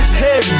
hey